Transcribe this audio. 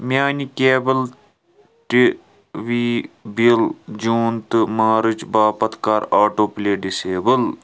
میٛانہِ cable T V bill June تہٕ March باپتھ کَر آٹوٗ پُلے ڈِسایبُل